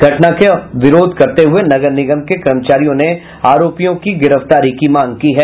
घटना के विरोध करते हुये नगर निगम के कर्मचारियों ने आरोपियों की गिरफ्तारी की मांग की है